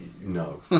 no